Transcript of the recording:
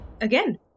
Again